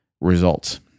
results